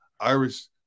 Irish